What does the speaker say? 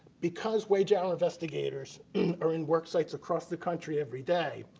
because wage hour investigators are in worksites across the country every day,